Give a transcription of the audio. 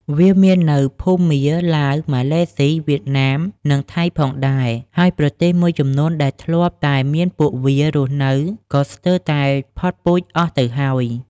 វាមាននៅភូមា ឡាវ ម៉ាឡេស៊ី វៀតណាម និងថៃផងដែរ ហើយប្រទេសមួយចំនួនដែលធ្លាប់តែមានពួកវារស់នៅ ក៏ស្ទើរតែផុតពូជអស់ទៅហើយ។